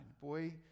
Boy